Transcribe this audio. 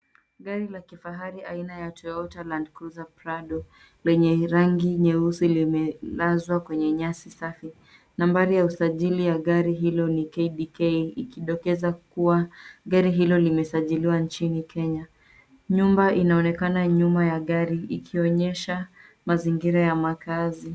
Gari la kifahari aina ya Toyota Land Cruiser Prado lenye rangi nyeusi limelazwa kwenye nyasi safi. Nambari ya usajili ya gari hilo ni KDK ikidokeza kuwa gari hilo ni limesajiliwa nchini Kenya. Nyumba inaonekana nyuma ya gari ikionyesha mazingira ya makaazi.